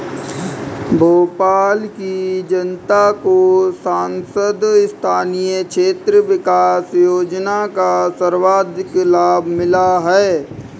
भोपाल की जनता को सांसद स्थानीय क्षेत्र विकास योजना का सर्वाधिक लाभ मिला है